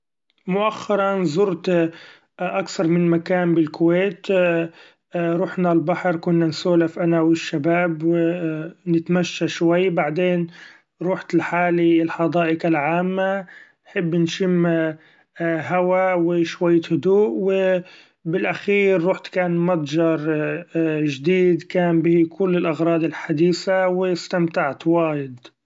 مؤخرا زرت أكثر من مكان بالكويت ، رحنا البحر كنا نسولف أنا و الشباب و نتمشي شوي بعدين رحت لحالي الحدائق العامة ، نحب نشم هوا و شوية هدوء ، و بالأخير رحت كان متجر جديد كان به كل الأغراض الحديثة و استمتعت وايد.